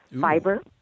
fiber